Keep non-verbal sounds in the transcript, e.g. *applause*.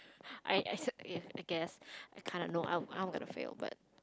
I I *breath* I guess I kind of know I'm I'm gonna fail but